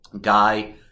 guy